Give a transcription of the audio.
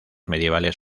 medievales